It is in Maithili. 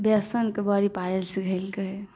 बेसनक बड़ी पारय लऽ सीखैलकै